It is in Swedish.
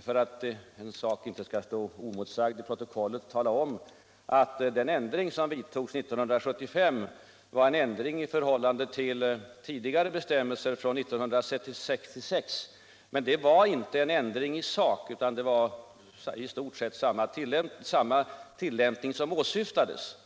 för att en sak inte skall stå oemotsagd i protokollet, tala om att den ändring som vidtogs 1975 var en ändring i förhållande till tidigare bestämmelser från 1966. Men det var inte en ändring i sak utan i stort sett samma tillämpning som åsyftades.